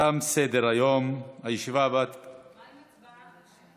תם סדר-היום, מה עם הצבעה?